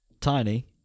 Tiny